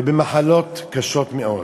ובמחלות קשות מאוד.